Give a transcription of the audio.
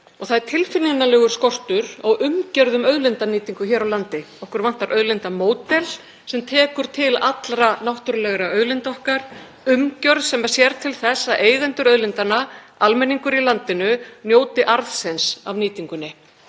Það er tilfinnanlegur skortur á umgjörð um auðlindanýtingu hér á landi. Okkur vantar auðlindamódel sem tekur til allra náttúrulegra auðlinda okkar, umgjörð sem sér til þess að eigendur auðlindanna, almenningur í landinu, njóti arðsins af nýtingunni.